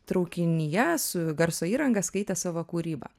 traukinyje su garso įranga skaitė savo kūrybą